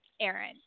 Aaron